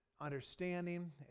understanding